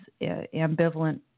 ambivalent